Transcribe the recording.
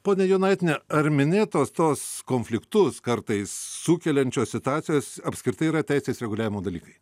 ponia jonaitiene ar minėtos tos konfliktus kartais sukeliančios situacijos apskritai yra teisės reguliavimo dalykai